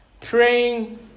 praying